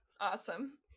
Awesome